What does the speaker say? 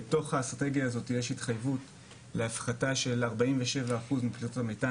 בתוך האסטרטגיה הזאת יש התחייבות להפחתה של 47% מפליטות המתאן